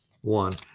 one